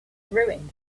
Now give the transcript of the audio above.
ruined